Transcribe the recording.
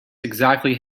exactly